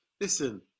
listen